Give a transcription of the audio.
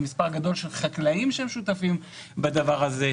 עם מספר גדול של חקלאים ששותפים בדבר הזה,